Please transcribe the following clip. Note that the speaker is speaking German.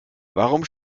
warum